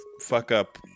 fuck-up